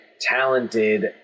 talented